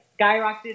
skyrocketed